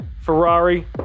Ferrari